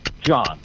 John